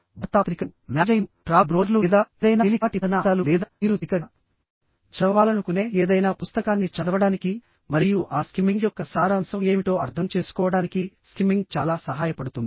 వార్తాపత్రికలు మ్యాగజైన్లు ట్రావెల్ బ్రోచర్లు లేదా ఏదైనా తేలికపాటి పఠన అంశాలు లేదా మీరు తేలికగా చదవాలనుకునే ఏదైనా పుస్తకాన్ని చదవడానికి మరియు ఆ స్కిమ్మింగ్ యొక్క సారాంశం ఏమిటో అర్థం చేసుకోవడానికి స్కిమ్మింగ్ చాలా సహాయపడుతుంది